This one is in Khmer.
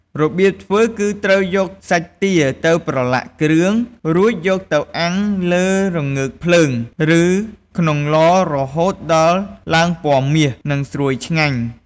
របៀបធ្វើគឺត្រូវយកសាច់ទាទៅប្រឡាក់គ្រឿង រួចយកទៅអាំងលើរងើកភ្លើង ឬក្នុងឡរហូតដល់ឡើងពណ៌មាស និងស្រួយឆ្ងាញ់។